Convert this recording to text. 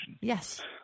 Yes